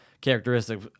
Characteristic